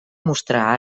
mostrar